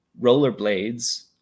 rollerblades